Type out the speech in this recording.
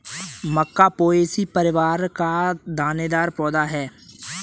मक्का Poaceae परिवार का दानेदार पौधा है